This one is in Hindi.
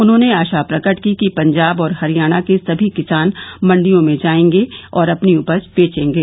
उन्होंने आशा प्रकट की कि पंजाब और हरियाणा के सभी किसान मंडियों में जाएंगे और अपनी उपज बेचेंगे